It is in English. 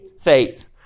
Faith